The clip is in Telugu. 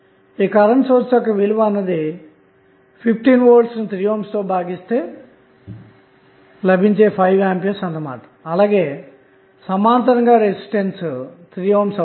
ఈ కరెంటు సోర్స్ యొక్క విలువ అన్నది 15 V ను 3 ohm తో భాగిస్తే లభించే 5A అన్న మాట అలాగే సమాంతరంగా రెసిస్టన్స్ 3 ohm అవుతుంది